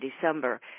December